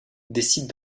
décide